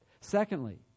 Secondly